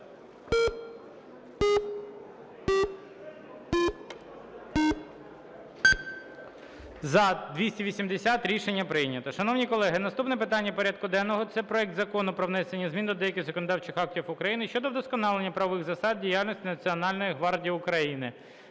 За-280 Рішення прийнято. Шановні колеги, наступне питання порядку денного – це проект Закону про внесення змін до деяких законодавчих актів України щодо вдосконалення правових засад діяльності Національної гвардії України